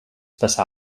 passà